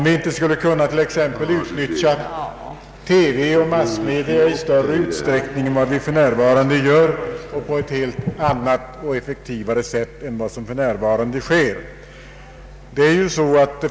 Vi skulle t.ex. kunna utnyttja TV och andra massmedia i större utsträckning och på ett helt annat och effektivare sätt än vi nu gör.